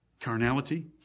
Carnality